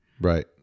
Right